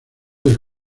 del